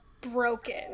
broken